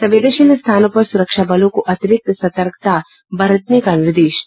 संवेदनशील स्थानों पर सुरक्षाबलों को अतिरिक्त सतर्कता बरतने का निर्देश दिया गया है